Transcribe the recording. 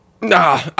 Nah